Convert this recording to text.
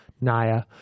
naya